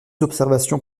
observations